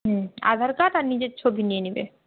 হুম Aadhaar card আর নিজের ছবি নিয়ে নিবে